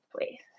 please